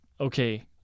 okay